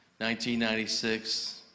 1996